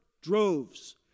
droves